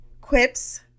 quips